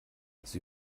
sie